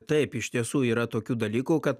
taip iš tiesų yra tokių dalykų kad